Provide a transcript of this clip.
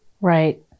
Right